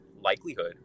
likelihood